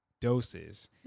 doses